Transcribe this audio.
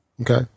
Okay